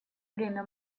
время